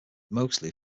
mostly